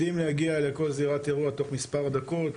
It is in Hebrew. יודעים להגיע לכל זירת אירוע תוך מספר דקות,